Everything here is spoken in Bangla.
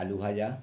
আলু ভাজা